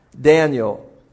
Daniel